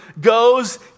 goes